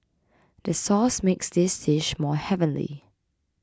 the sauce makes this dish more heavenly